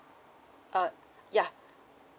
uh yeah